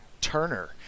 Turner